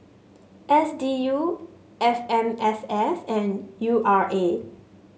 S D U F M S S and U R A